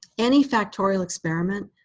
any factorial experiment,